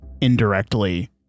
indirectly